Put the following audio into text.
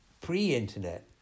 pre-internet